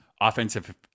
offensive